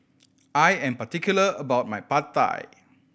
I am particular about my Pad Thai